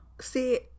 see